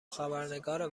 خبرنگار